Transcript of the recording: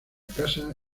casa